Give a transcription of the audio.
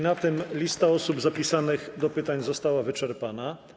Na tym lista posłów zapisanych do pytań została wyczerpana.